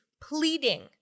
pleading